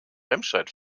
remscheid